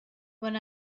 when